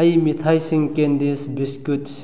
ꯑꯩ ꯃꯤꯊꯥꯏꯁꯤꯡ candies biscuits